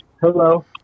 Hello